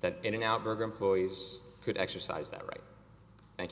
that in and out burger employees could exercise that right